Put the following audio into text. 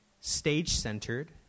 stage-centered